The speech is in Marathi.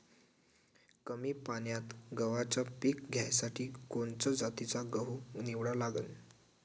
कमी पान्यात गव्हाचं पीक घ्यासाठी कोनच्या जातीचा गहू निवडा लागन?